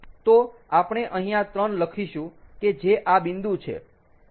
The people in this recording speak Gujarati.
તો આપણે અહીંયા 3 લખીશું કે જે આ બિંદુ છે